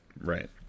Right